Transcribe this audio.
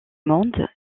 monde